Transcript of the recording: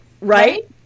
right